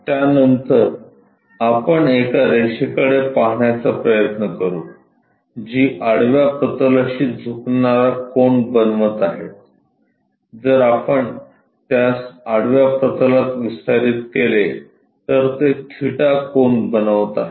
त्यानंतर आपण एका रेषेकडे पाहण्याचा प्रयत्न करू जी आडव्या प्रतलाशी झुकणारा कोन बनवत आहे जर आपण त्यास आडव्या प्रतलात विस्तारित केले तर ते थीटा कोन बनवित आहे